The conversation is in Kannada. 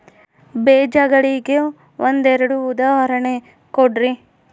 ಬೇಜಗಳಿಗೆ ಒಂದೆರಡು ಉದಾಹರಣೆ ಕೊಡ್ರಿ?